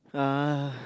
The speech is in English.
uh